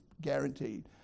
guaranteed